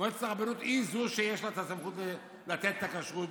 מועצת הרבנות היא שיש לה את הסמכות לתת את הכשרות,